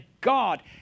god